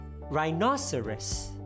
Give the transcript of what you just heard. rhinoceros